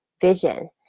vision